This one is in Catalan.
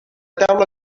taula